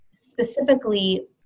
specifically